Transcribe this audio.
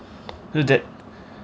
true that